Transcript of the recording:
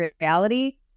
reality